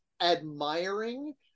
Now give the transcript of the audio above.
admiring